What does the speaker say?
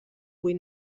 buit